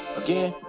again